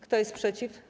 Kto jest przeciw?